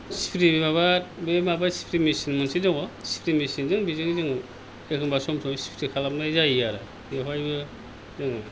spray माबा बे माबा स्प्रे मेसिन मोनसे दङ स्प्रे मेसिनजों बेजों जों एखमबा सम सम स्प्रे खालामनाय जायो आरो बेवहायबो जोङो